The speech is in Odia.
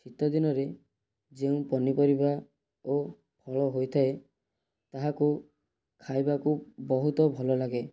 ଶୀତ ଦିନରେ ଯେଉଁ ପନିପରିବା ଓ ଫଳ ହୋଇଥାଏ ତାହାକୁ ଖାଇବାକୁ ବହୁତ ଭଲ ଲାଗେ